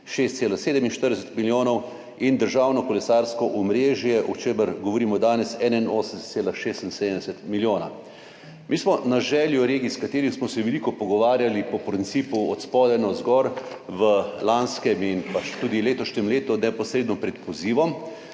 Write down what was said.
6,47 milijona in državnemu kolesarskemu omrežju, o čemer govorimo danes, 81,76 milijona. Mi smo se na željo regij, s katerimi smo se veliko pogovarjali po principu od spodaj navzgor v lanskem in pa tudi v letošnjem letu, neposredno pred pozivom,